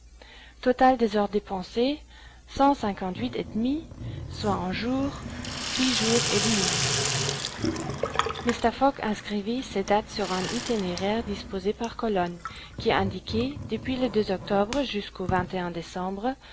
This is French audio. total des heures dépensées cent cinquante et soit en jours et demi fogg inscrivit ces dates sur un itinéraire disposé par colonnes qui indiquait depuis le octobre jusqu'au décembre